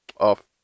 off